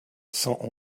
cent